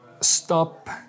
stop